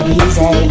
easy